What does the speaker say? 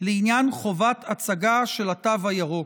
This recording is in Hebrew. לעניין חובת הצגה של התו הירוק,